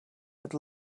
had